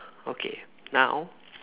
okay now